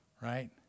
right